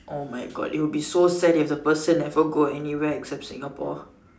oh my God it'll be so sad if the person never go anywhere except Singapore